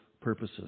purposes